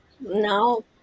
No